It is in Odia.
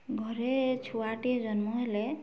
ଘରେ ଛୁଆଟିଏ ଜନ୍ମ ହେଲେ